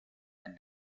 and